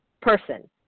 person